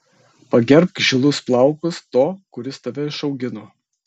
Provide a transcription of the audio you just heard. pagerbk žilus plaukus to kuris tave išaugino